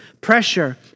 pressure